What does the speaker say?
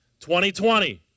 2020